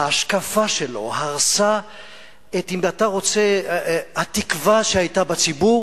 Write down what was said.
ההשקפה שלו הרסה את התקווה שהיתה בציבור